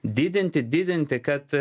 didinti didinti kad